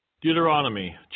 Deuteronomy